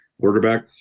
quarterback